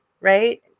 right